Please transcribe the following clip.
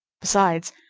besides,